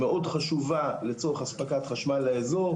היא מאוד חשובה לצורך אספקת חשמל לאזור,